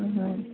ଅ ହଁ